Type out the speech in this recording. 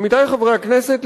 עמיתי חברי הכנסת,